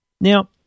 Now